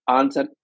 answer